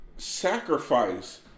Sacrifice